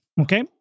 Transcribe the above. okay